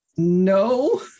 No